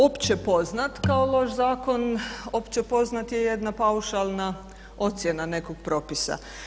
Opće poznat kao loš zakon, opće poznat je jedna paušalna ocjena nekog propisa.